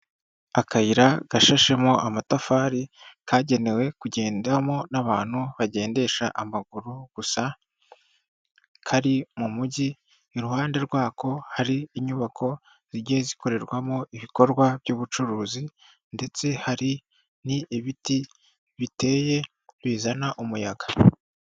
Akayira gashashemo amatafari kagenewe kugendwamo n'abantu bagendesha amaguru gusa kari mu mujyi, iruhande rwako hari inyubako zigiye zikorerwamo ibikorwa by'ubucuruzi ndetse hari n'ibiti biteye bizana umuyaga.